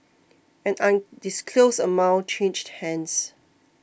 an undisclosed amount changed hands